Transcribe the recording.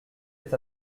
est